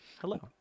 Hello